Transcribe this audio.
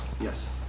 Yes